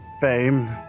fame